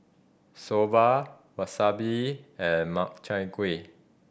Soba Wasabi and Makchai Gui